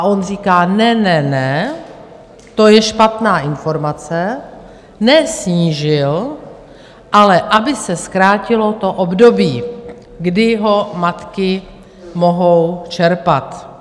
On, říká: Ne, ne, ne, to je špatná informace, ne aby se snížil, ale aby se zkrátilo to období, kdy ho matky mohou čerpat.